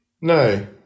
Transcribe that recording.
No